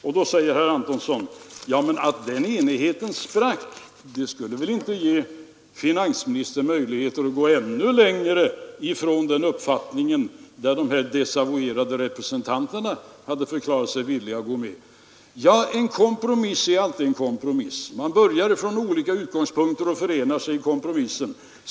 Men då säger herr Antonsson: Att den enigheten sprack skulle väl inte ge finansministern möjligheter att gå ännu längre bort ifrån den uppfattning som de här desavuerade representanterna förklarat sig villiga att gå med på. Ja, en kompromiss är alltid en kompromiss. Man börjar från olika utgångspunkter och förenar sig i kompromissen.